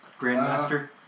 Grandmaster